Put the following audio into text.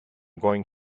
going